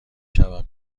شوم